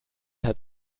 hat